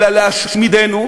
אלא להשמידנו,